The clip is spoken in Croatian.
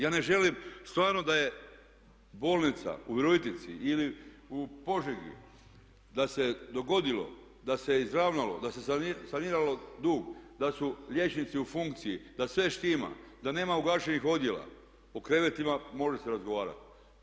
Ja ne želim stvarno da je bolnica u Virovitici ili u Požegi da se dogodilo da se izravnalo, da se saniralo dug, da su liječnici u funkciji, da sve štima, da nema ugašenih odjela, o krevetima može se razgovarati.